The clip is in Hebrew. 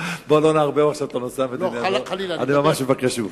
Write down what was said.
בוא לא נערב את הנושא המדיני, אני ממש מבקש ממך,